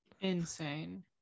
Insane